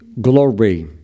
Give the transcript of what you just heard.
glory